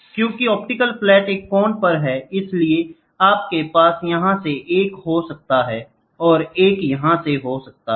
क्योंकि optical flat एक कोण पर है इसलिए आपके पास यहां से एक हो सकता है और एक यहां से हो सकता है